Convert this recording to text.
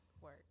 work